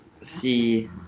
See